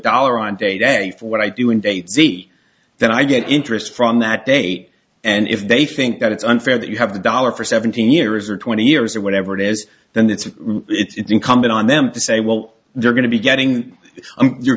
dollar on day day for what i do and they see that i get interest from that date and if they think that it's unfair that you have the dollar for seventeen years or twenty years or whatever it is then that's it's incumbent on them to say well they're going to be getting you're